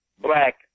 black